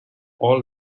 all